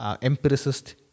empiricist